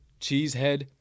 cheesehead